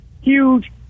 huge